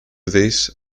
this